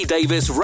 Davis